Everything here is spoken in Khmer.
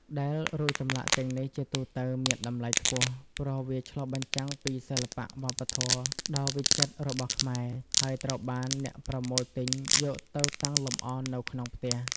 ដែលរូបចម្លាក់ទាំងនេះជាទូទៅមានតម្លៃខ្ពស់ ព្រោះវាឆ្លុះបញ្ចាំងពីសិល្បៈវប្បធម៌ដ៏វិចិត្ររបស់ខ្មែរ ហើយត្រូវបានអ្នកប្រមូលទិញយកទៅតាំងលម្អនៅក្នុងផ្ទះ។